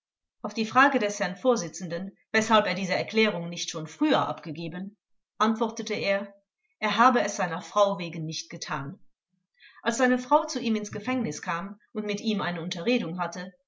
auf die frage des herrn vorsitzenden weshalb er diese erklärung nicht schon früher abgegeben antwortete er er habe es seiner frau wegen nicht getan als seine frau zu ihm ins gefängnis kam und mit ihm eine unterredung hatte